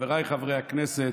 חבריי חברי הכנסת,